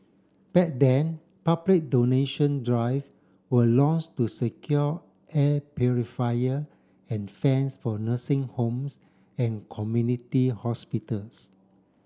back then public donation drive were launch to secure air purifier and fans for nursing homes and community hospitals